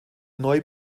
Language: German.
neu